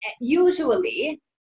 Usually